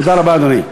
תודה רבה, אדוני.